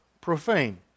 profane